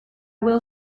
will